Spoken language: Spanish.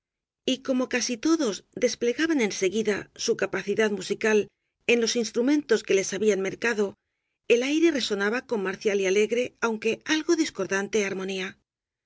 tambor y como casi todos desple gaban en seguida su capacidad musical en los ins trumentos que les habían mercado el aire resona ba con marcial y alegre aunque algo discordante armonía